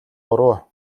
буруу